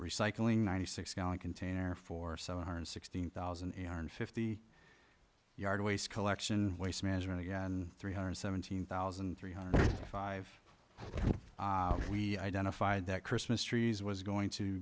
recycling ninety six gallon container for seven hundred sixteen thousand eight hundred fifty yard waste collection waste management again three hundred seventeen thousand three hundred five we identified that christmas trees was going to